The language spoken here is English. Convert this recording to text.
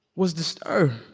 was disturbed.